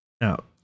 Now